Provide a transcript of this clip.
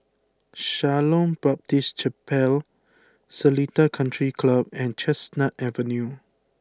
Shalom Baptist Chapel Seletar Country Club and Chestnut Avenue